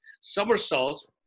somersaults